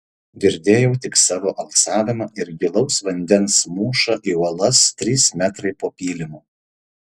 girdėjau tik savo alsavimą ir gilaus vandens mūšą į uolas trys metrai po pylimu